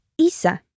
-isa